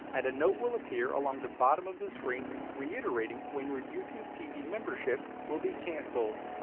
and a note will appear along the bottom of the screen reiterating when your youtube tv membership will be cancelled.